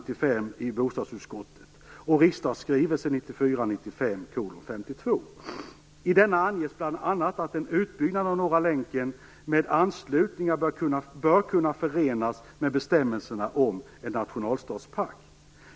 I denna anges bl.a. att en utbyggnad av Norra länken med anslutningar bör kunna förenas med bestämmelserna om en nationalstadspark.